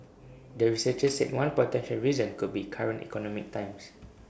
the researchers said one potential reason could be current economic times